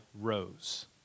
rose